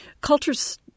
cultures